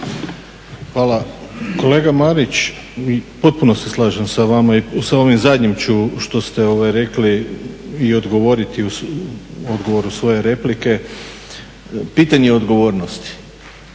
Hvala. Kolega Marić u potpunosti se slažem sa vama i sa ovim zadnjim ću što ste rekli i odgovoriti u odgovoru svoje replike. Pitanje odgovornosti,